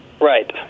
Right